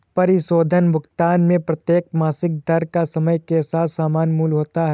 परिशोधन भुगतान में प्रत्येक मासिक दर का समय के साथ समान मूल्य होता है